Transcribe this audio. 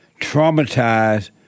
traumatized